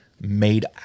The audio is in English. Made